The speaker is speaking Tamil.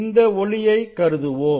இந்த ஒளியை கருதுவோம்